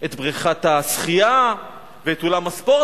את בריכת השחייה ואת אולם הספורט,